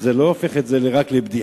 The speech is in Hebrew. זה לא הופך את זה רק לבדיחה.